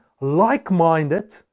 like-minded